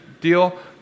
deal